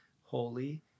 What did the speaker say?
holy